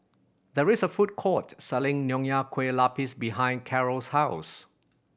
there is a food court selling Nonya Kueh Lapis behind Karol's house